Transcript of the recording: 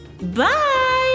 Bye